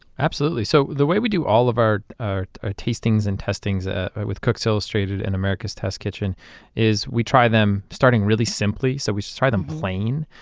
absolutely. so the way we do all of our our ah tastings and testings ah with cook's illustrated and america's test kitchen is we try them starting really simply. so we try them plain,